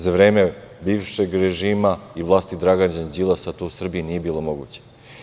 Za vreme bivšeg režima i vlasti Dragana Đilasa to u Srbiji nije bilo moguće.